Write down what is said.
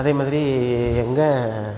அதே மாதிரி எங்கள்